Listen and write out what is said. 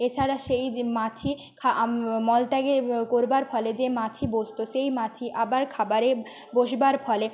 এছাড়া সেই যে মাছি খা মলত্যাগে করবার ফলে যে মাছি বসতো সেই মাছি আবার খাবারে বসবার ফলে